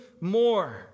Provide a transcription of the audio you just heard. more